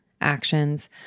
actions